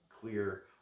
clear